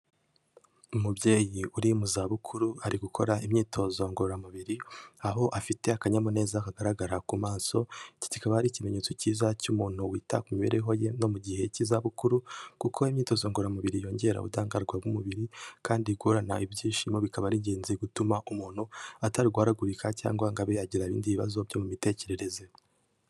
Umubyeyi uri mu za bukuru, ari gukora imyitozo ngororamubiri, aho afite akanyamuneza kagaragara ku maso, iki kikaba ari ikimenyetso cyiza cy'umuntu wita ku mibereho ye no mu gihe cy'izabukuru, kuko imyitozo ngororamubiri yongera ubudahangarwa bw'umubiri, kandi guhorana ibyishimo bikaba arigenzi gutuma umuntu atarwaragurika cyangwa ngo abe yagira ibindi bibazo byo mu mitekerereze.